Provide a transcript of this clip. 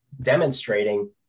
demonstrating